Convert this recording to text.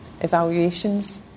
evaluations